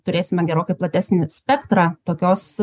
turėsime gerokai platesnį spektrą tokios